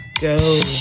go